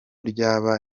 ryaba